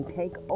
take